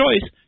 choice